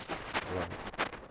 ya